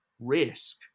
risk